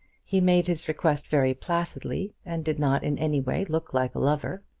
he made his request very placidly, and did not in any way look like a lover.